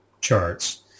charts